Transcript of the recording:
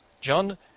John